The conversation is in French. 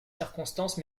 circonstance